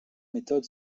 méthode